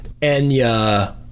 Enya